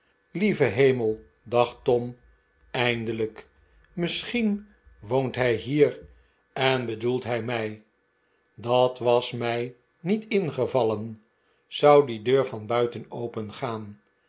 lieve hemel dacht tom eindelijk misschien woont hij hier en bedoelt hij mij dat was mij niet ingevallen zou die deur van buiten opengaan